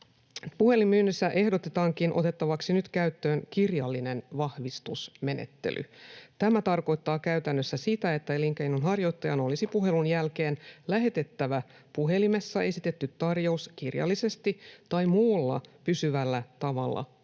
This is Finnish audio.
Puhelinmyynnissä ehdotetaankin otettavaksi nyt käyttöön kirjallinen vahvistusmenettely. Tämä tarkoittaa käytännössä sitä, että elinkeinonharjoittajan olisi puhelun jälkeen lähetettävä puhelimessa esitetty tarjous kirjallisesti tai muulla pysyvällä tavalla kuluttajalle.